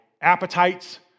appetites